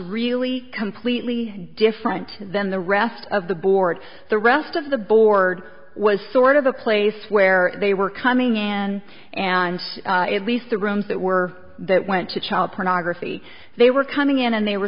really completely different than the rest of the board the rest of the board was sort of a place where they were coming in and at least the rooms that were that went to child pornography they were coming in and they were